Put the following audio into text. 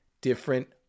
different